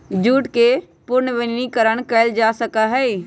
jute के पुनर्नवीनीकरण कइल जा सका हई